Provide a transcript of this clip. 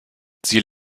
sie